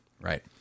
Right